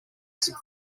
some